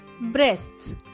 breasts